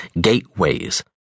gateways